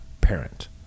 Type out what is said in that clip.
parent